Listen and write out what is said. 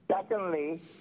Secondly